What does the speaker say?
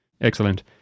Excellent